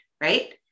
right